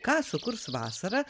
ką sukurs vasarą